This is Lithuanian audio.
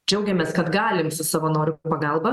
džiaugiamės kad galim su savanorių pagalba